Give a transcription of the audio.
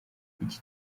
iki